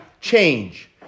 change